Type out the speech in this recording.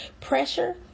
pressure